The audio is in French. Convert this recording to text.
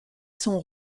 son